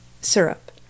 syrup